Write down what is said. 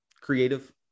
creative